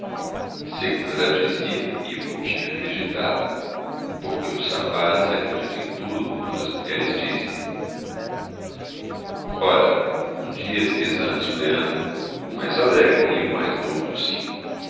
segundo ela dizia e o coutinho acreditava porque os rapazes acreditam em tudo quanto as mulheres dizem ora um dia fez anos o leandro o mais alegre e o mais novo dos cinco